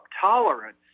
tolerance